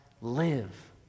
live